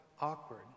awkward